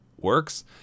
works